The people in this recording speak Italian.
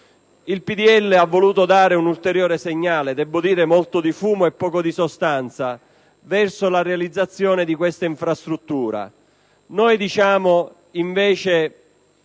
Il PdL ha voluto inviare un ulteriore segnale, molto di fumo e poco di sostanza, verso la realizzazione di questa infrastruttura. Noi diciamo invece